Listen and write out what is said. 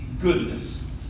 goodness